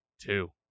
Two